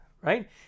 right